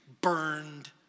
burned